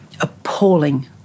appalling